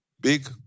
Big